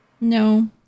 no